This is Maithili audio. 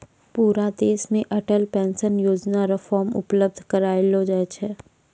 पूरा देश मे अटल पेंशन योजना र फॉर्म उपलब्ध करयलो जाय छै